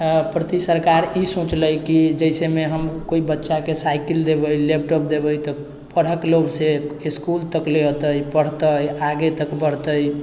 प्रति सरकार ई सोचलै कि जइसेमे हम कोइ बच्चाके साइकिल देबै लैपटॉप देबै तऽ पढ़ऽके लोभसँ इसकुल तक लऽ अएतै पढ़तै आगे तक बढ़तै